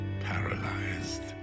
paralyzed